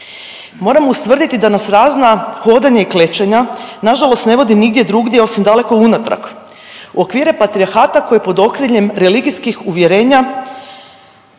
moramo ustvrditi da nas razna hodanja i klečanja nažalost ne vodi nigdje drugdje osim daleko unatrag, u okvire patrijarhata koji pod okriljem religijskih uvjerenja